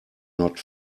not